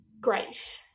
Great